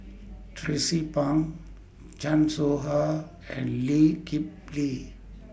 Tracie Pang Chan Soh Ha and Lee Kip Lee